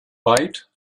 bite